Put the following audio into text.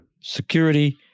Security